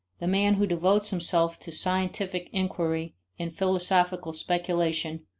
the man who devotes himself to scientific inquiry and philosophic speculation,